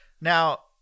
Now